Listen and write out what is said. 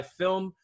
film